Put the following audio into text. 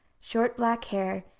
short black hair,